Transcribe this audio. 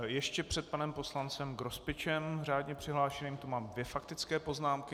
Ještě před panem poslancem Grospičem řádně přihlášeným tu mám dvě faktické poznámky.